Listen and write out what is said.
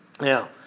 Now